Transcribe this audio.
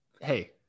Hey